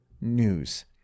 news